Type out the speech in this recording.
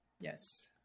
Yes